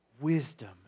wisdom